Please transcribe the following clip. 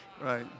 right